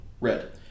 Red